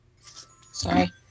Sorry